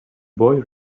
boy